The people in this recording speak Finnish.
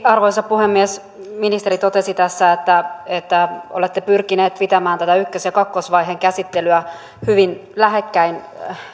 arvoisa puhemies ministeri totesi tässä että että olette pyrkineet pitämään tätä ykkös ja kakkosvaiheen käsittelyä hyvin lähekkäin